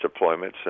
deployments